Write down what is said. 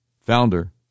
founder